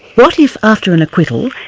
what if, after an acquittal,